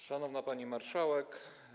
Szanowna Pani Marszałek!